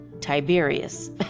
Tiberius